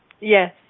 Yes